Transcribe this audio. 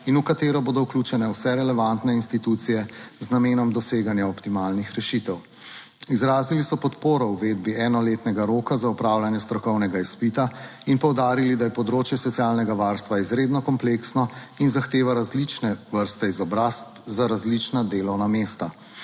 in v katero bodo vključene vse relevantne institucije z namenom doseganja optimalnih rešitev. Izrazili so podporo uvedbi enoletnega roka za opravljanje strokovnega izpita in poudarili, da je področje socialnega varstva izredno kompleksno in zahteva različne vrste izobrazb za različna delovna mesta.